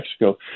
Mexico